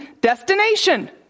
destination